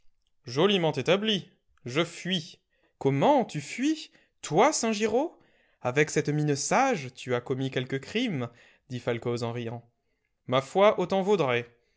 joliment établi je fuis comment tu fuis toi saint giraud avec cette mine sage tu as commis quelque crime dit falcoz en riant ma foi autant vaudrait